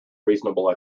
reasonable